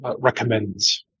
recommends